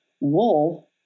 wool